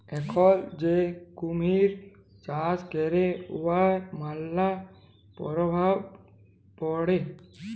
এখল যে কুমহির চাষ ক্যরে উয়ার ম্যালা পরভাব পড়ে